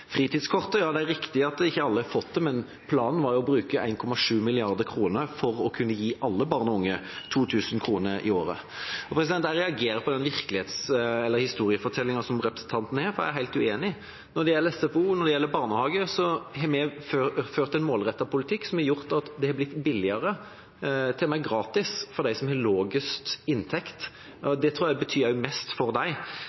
Fritidskortet: Ja, det er riktig at ikke alle har fått det, men planen var å bruke 1,7 mrd. kr for å kunne gi alle barn og unge 2 000 kr i året. Jeg reagerer på den historiefortellingen som representanten har, for jeg er helt uenig. Når det gjelder SFO, og når det gjelder barnehage, har vi ført en målrettet politikk som har gjort at det har blitt billigere, til og med gratis, for dem som har lavest inntekt, og